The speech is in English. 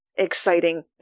exciting